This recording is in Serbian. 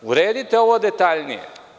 Uredite ovo detaljnije.